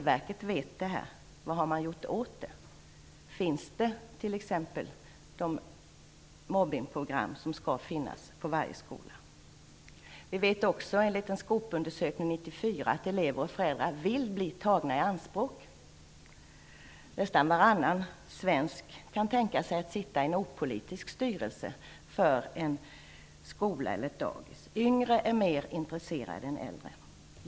Vi vet också, enligt en SKOP-undersökning från 1994, att elever och föräldrar vill bli tagna i anspråk. Nästan varannan svensk kan tänka sig att sitta i en opolitisk styrelse för en skola eller ett dagis. Yngre är mera intresserade än äldre.